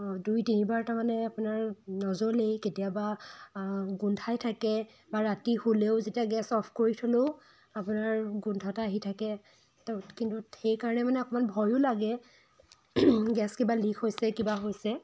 দুই তিনিবাৰ তাৰমানে আপোনাৰ নজ্বলেই কেতিয়াবা গোন্ধাই থাকে বা ৰাতি শুলেও যেতিয়া গেছ অফ কৰি থ'লেও আপোনাৰ গোন্ধ এটা আহি থাকে তো কিন্তু সেইকাৰণে মানে অকণমান ভয়ো লাগে গেছ কিবা লিক হৈছে কিবা হৈছে